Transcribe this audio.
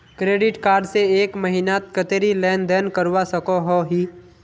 Credit card से एक महीनात कतेरी लेन देन करवा सकोहो ही?